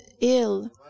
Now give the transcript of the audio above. ill